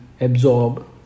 absorb